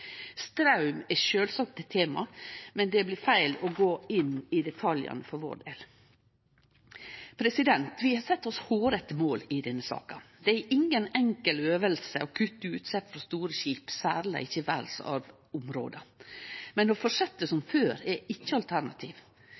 Straum er sjølvsagt eit tema, men det blir feil å gå inn i detaljane for vår del. Vi har sett oss hårete mål i denne saka. Det er inga enkel øving å kutte utslepp frå store skip, særleg ikkje i verdsarvområda. Men å fortsetje som før er ikkje eit alternativ.